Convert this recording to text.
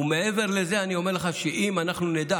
ומעבר לזה אני אומר לך שאם אנחנו נדע